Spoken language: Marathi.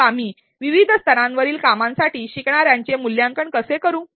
मग आम्ही विविध स्तरांवरील कामांसाठी शिकणार्यांचे मूल्यांकन कसे करू